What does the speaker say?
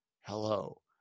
Hello